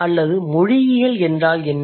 அல்லது மொழியியல் என்றால் என்ன